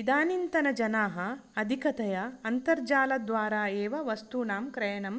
इदानींतनजनाः अधिकतया अन्तर्जालद्वारा एव वस्तूनां क्रयणं